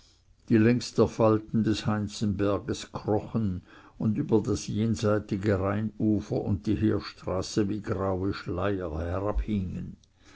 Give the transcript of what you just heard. die längs der falten des heinzenberges krochen und über das jenseitige rheinufer und die heerstraße wie graue schleier herabhingen